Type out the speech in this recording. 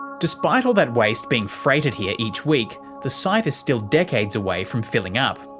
despite all that waste being freighted here each week, the site is still decades away from filling up.